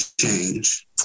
change